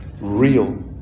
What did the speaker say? real